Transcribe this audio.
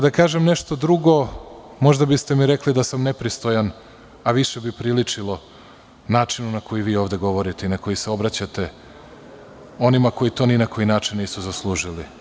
Da kažem nešto drugo, možda bi ste mi rekli da sam nepristojan, a više bi priličilo načinu na koji vi ovde govorite i na koji se obraćate onima koji to ni na koji način nisu zaslužili.